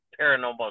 Paranormal